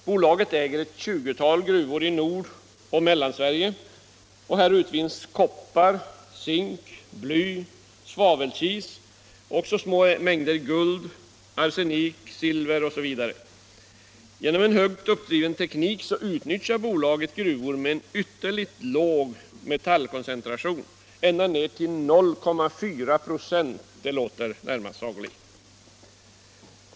Bolaget äger ett 20-tal gruvor i Nordoch Mellansverige, och där utvinnes koppar, zink, bly och svavelkis samt också små mängder guld, arsenik, silver m.m. Genom en högt uppdriven teknik utnyttjar bolaget gruvor med ytterligt låg metallkoncentration, ända ner till 0,4 96 — det låter närmast sagolikt.